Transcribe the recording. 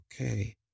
okay